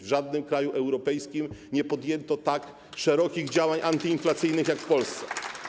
W żadnym kraju europejskim nie podjęto tak szerokich działań antyinflacyjnych jak w Polsce.